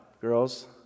girls